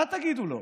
מה תגידו לו?